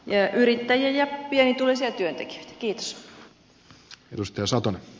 me yrittäjät yrittäjiä ja pienituloisia työntekijöitä